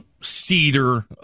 Cedar